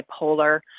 bipolar